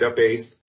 database